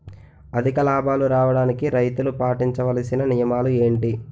అధిక లాభాలు రావడానికి రైతులు పాటించవలిసిన నియమాలు ఏంటి